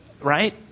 right